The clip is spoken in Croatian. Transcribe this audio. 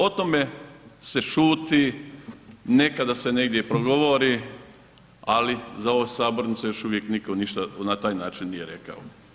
O tome se šuti, nekada se negdje i progovori, ali za ovom sabornicom još uvijek niko ništa na taj način nije rekao.